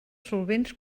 solvents